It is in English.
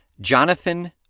jonathan